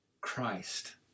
Christ